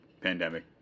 pandemic